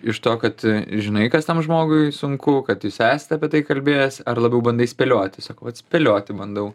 iš to kad žinai kas tam žmogui sunku kad jūs esate apie tai kalbėjęs ar labiau bandai spėlioti tiesiog vat spėlioti bandau